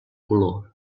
color